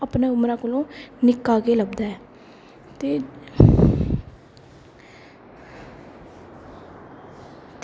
अपनी उमरा कोला निक्का गै लगदा ऐ ते